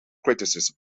criticism